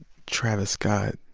travis scott,